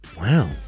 wow